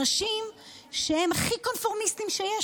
אנשים שהם הכי קונפורמיסטיים שיש,